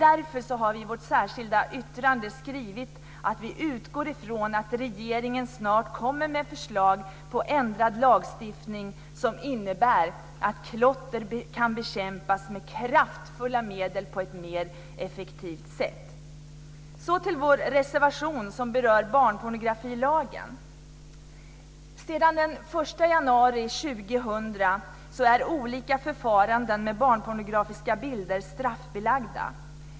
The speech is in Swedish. Därför har vi i vårt särskilda yttrande skrivit att vi utgår ifrån att regeringen snart kommer med förslag till ändrad lagstiftning som innebär att klotter kan bekämpas med kraftfulla medel på ett mer effektivt sätt. Så till vår reservation som berör barnpornografilagen. Efter den 1 januari 2000 är olika förfaranden med barnpornografiska bilder straffbelagda.